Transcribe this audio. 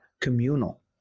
communal